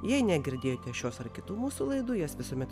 jei negirdėjote šios ar kitų mūsų laidų jas visuomet